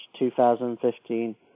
2015